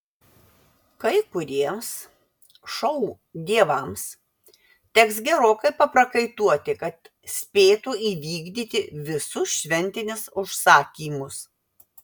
kai kuriems šou dievams teks gerokai paprakaituoti kad spėtų įvykdyti visus šventinius užsakymus